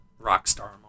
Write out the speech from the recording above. Rockstar